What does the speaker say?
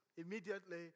Immediately